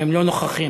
הם לא נוכחים.